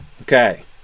Okay